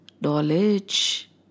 knowledge